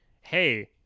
hey